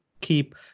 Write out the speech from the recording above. keep